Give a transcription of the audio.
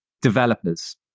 developers